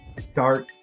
start